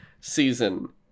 season